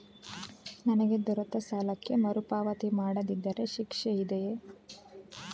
ನನಗೆ ದೊರೆತ ಸಾಲಕ್ಕೆ ಮರುಪಾವತಿ ಮಾಡದಿದ್ದರೆ ಶಿಕ್ಷೆ ಇದೆಯೇ?